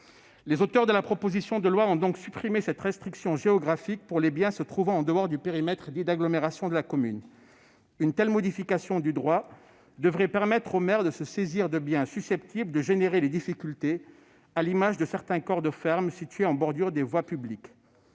Les auteurs de ce texte proposent donc de supprimer cette restriction géographique pour les biens se trouvant en dehors du périmètre d'agglomération de la commune. Une telle modification du droit devrait permettre aux maires de se saisir de biens susceptibles de générer des difficultés, à l'image de certains corps de ferme situés en bordure des voies publiques.